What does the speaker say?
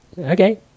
Okay